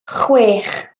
chwech